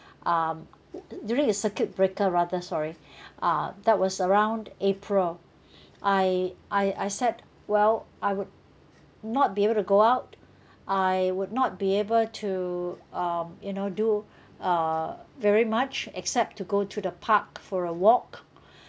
um during the circuit breaker rather sorry uh that was around april I I I said well I would not be able to go out I would not be able to um you know do uh very much except to go to the park for a walk